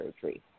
surgery